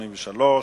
13),